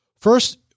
First